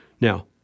Now